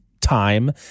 time